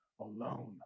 alone